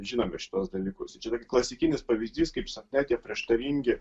žinome šituos dalykus žiūrėkit klasikinis pavyzdys kaip sapne tie prieštaringi